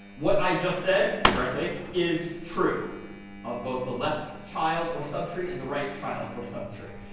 what i just said correctly is true of both the left child or subtree and the right child or subtree.